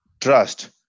trust